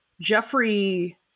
Jeffrey